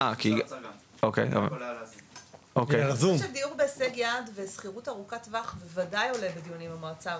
דיור בר השגה ושכירות ארוכת טווח בוודאי עולה בדיונים המועצה הארצית,